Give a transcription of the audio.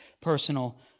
personal